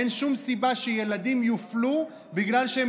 אין שום סיבה שילדים יופלו בגלל שהם